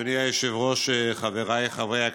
אדוני היושב-ראש, חבריי חברי הכנסת,